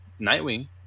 Nightwing